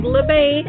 LeBay